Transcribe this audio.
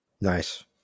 Nice